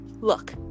look